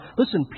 listen